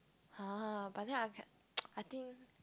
[huh] but then I can I think